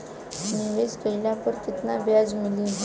निवेश काइला पर कितना ब्याज मिली?